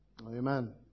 Amen